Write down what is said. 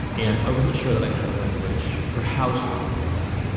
and i wasn't sure that i had a language for how to explain that.